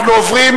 אנחנו עוברים